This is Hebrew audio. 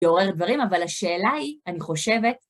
יורד דברים, אבל השאלה היא, אני חושבת...